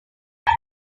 iki